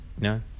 No